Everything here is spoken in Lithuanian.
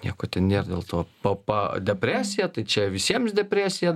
nieko ten nėr dėl to pa pa depresija tai čia visiems depresija